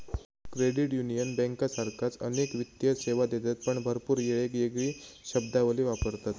credit union बँकांसारखाच अनेक वित्तीय सेवा देतत पण भरपूर येळेक येगळी शब्दावली वापरतत